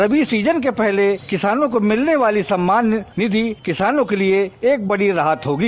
रबी season के पहले किसानों को मिलने वाली सम्मान निधि किसानों के लिए एक बड़ी राहत होगी